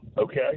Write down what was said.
okay